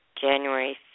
January